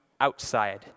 outside